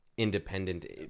independent